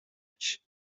edge